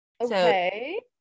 Okay